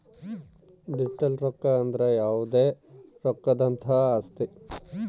digital ರೊಕ್ಕ ಅಂದ್ರ ಯಾವ್ದೇ ರೊಕ್ಕದಂತಹ ಆಸ್ತಿ